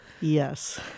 Yes